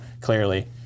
clearly